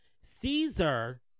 Caesar